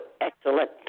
excellent